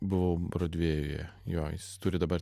buvau brodvėjuje jo jis turi dabar